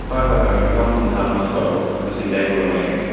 হয় হয় হয় একদম ভাল মাছ পাব সেইটো চিন্তাই কৰিব নালাগে